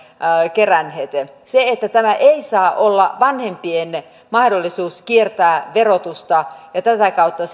keränneet tämä ei saa olla vanhempien mahdollisuus kiertää verotusta ja tätä kautta